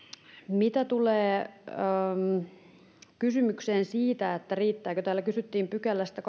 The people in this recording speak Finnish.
mitä tulee kysymykseen siitä riittääkö täällä kysyttiin kahdennestakymmenennestäkolmannesta pykälästä